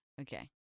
Okay